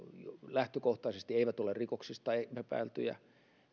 lähtökohtaisesti eivät ole rikoksista epäiltyjä